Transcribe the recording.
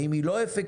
ואם היא לא אפקטיבית,